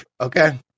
okay